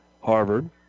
Harvard